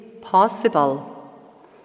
possible